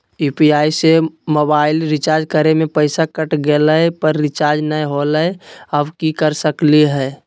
UPI से mobile recharge करे में पैसा कट गेलई, पर रिचार्ज नई होलई, अब की कर सकली हई?